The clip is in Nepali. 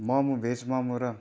मोमो भेज मोमो र